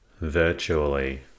Virtually